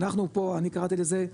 אנחנו פה אני קראתי לזה,